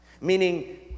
meaning